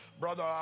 brother